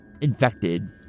infected